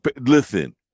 Listen